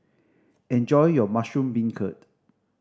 enjoy your mushroom beancurd